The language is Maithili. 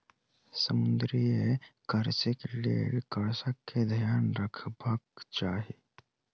समुद्रीय कृषिक लेल कृषक के ध्यान रखबाक चाही